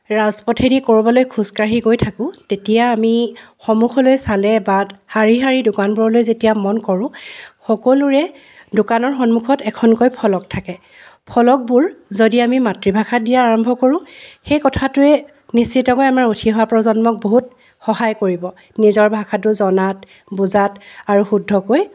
ৰাজপথেদি কৰবালৈ খোজ কাঢ়ি গৈ থাকোঁ তেতিয়া আমি সমুখলৈ চালে বা শাৰী শাৰী দোকানবোৰলৈ যেতিয়া মন কৰোঁ সকলোৱে দোকানত এখনকৈ ফলক থাকে ফলকবোৰ যদি আমি মাতৃভাষাত দিয়া আৰম্ভ কৰোঁ সেই কথাটোৱে নিশ্চিতভাৱে আমাৰ উঠি অহা প্ৰজন্মক সহায় কৰিব নিজৰ ভাষাটো জনাত বুজাত আৰু শুদ্ধকৈ